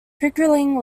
pickering